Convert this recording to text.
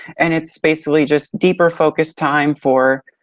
and it's basically just deeper focused time for